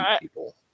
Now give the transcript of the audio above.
people